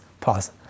Pause